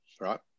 right